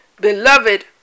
beloved